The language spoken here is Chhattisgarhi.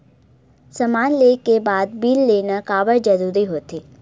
समान ले के बाद बिल लेना काबर जरूरी होथे?